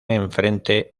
enfrente